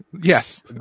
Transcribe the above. yes